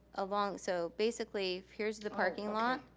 along. so basically if here's the parking lot,